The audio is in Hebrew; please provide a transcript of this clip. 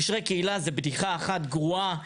קשרי קהילה זה בדיחה אחת גרועה,